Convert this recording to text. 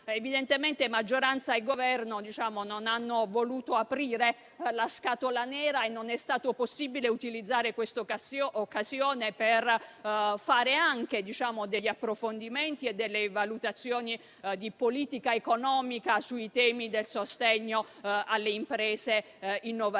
Tuttavia, maggioranza e Governo non hanno voluto aprire la scatola nera e non è stato possibile utilizzare questa occasione per fare degli approfondimenti e delle valutazioni di politica economica sui temi del sostegno alle imprese innovative.